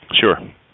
Sure